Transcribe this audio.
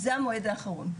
זה המועד האחרון,